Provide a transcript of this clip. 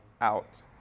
out